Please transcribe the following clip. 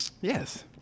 yes